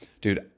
dude